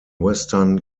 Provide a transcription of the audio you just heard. western